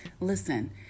Listen